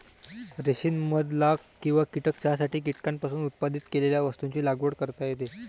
रेशीम मध लाख किंवा कीटक चहासाठी कीटकांपासून उत्पादित केलेल्या वस्तूंची लागवड करता येते